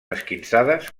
esquinçades